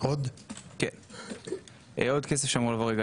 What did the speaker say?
עוד כסף שאמור לעבור,